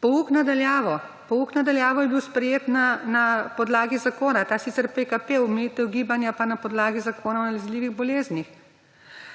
Pouk na daljavo je bil sprejet na podlagi zakona, in to PKP, omejitev gibanja pa na podlagi Zakona o nalezljivih boleznih.